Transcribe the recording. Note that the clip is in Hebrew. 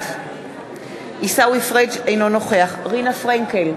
בעד עיסאווי פריג' אינו נוכח רינה פרנקל,